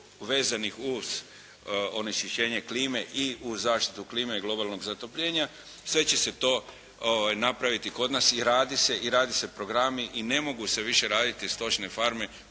vezanih uz onečišćenje klime i uz zaštitu klime, globalnog zatopljenja, sve će se to napraviti kod nas i radi se, i rade se programi i ne mogu se više raditi stočne farme